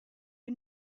you